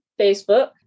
facebook